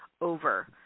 over